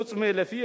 חוץ מלפי,